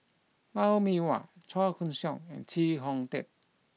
Lou Mee Wah Chua Koon Siong and Chee Kong Tet